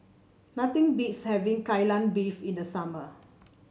nothing beats having Kai Lan Beef in the summer